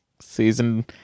Season